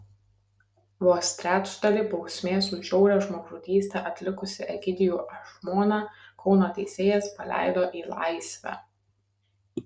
vos trečdalį bausmės už žiaurią žmogžudystę atlikusį egidijų ašmoną kauno teisėjas paleido į laisvę